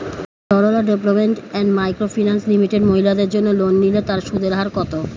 Sarala development and micro finance limited মহিলাদের জন্য loan নিলে তার সুদের হার কত?